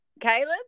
Caleb